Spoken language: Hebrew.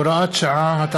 הוראת שעה),